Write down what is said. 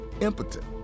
impotent